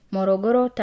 Morogoro